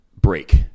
break